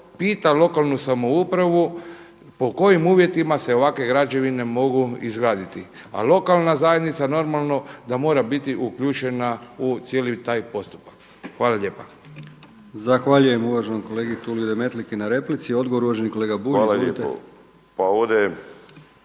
pita lokalnu samoupravu po kojim uvjetima se ovakve građevine mogu izgraditi. A lokalna zajednica normalno da mora biti uključena u cijeli taj postupak. Hvala lijepa. **Brkić, Milijan (HDZ)** Zahvaljujem uvaženom kolegi Tulio Demetliki na replici. Odgovor uvaženi kolega Bulj. Izvolite. **Bulj,